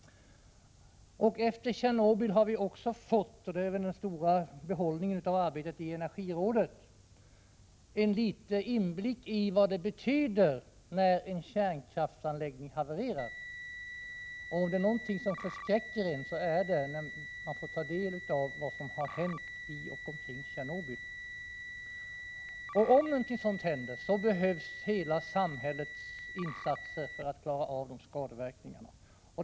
Efter Tjernobyl har vi också fått — och det är väl den stora behållningen av arbetet i Energirådet—en liten inblick i vad det betyder när en kärnkraftsanläggning havererar. Om det är något som förskräcker en så är det att få ta del av vad som har hänt i och omkring Tjernobyl. Om någonting sådant händer, behövs hela samhällets insatser för att klara av skadeverkningarna.